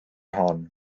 hon